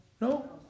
No